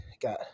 got